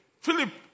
Philip